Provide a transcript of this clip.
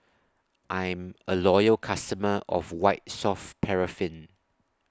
I'm A Loyal customer of White Soft Paraffin